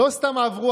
לא סתם עברו,